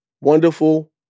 wonderful